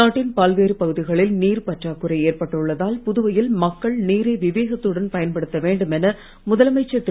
நாட்டின் பல்வேறு பகுதிகளில் நீர்ப் பற்றாக்குறை ஏற்பட்டுள்ளதால் புதுவையில் மக்கள் நீரை விவேகத்துடன் பயன்படுத்த வேண்டும் என முதலமைச்சர் திரு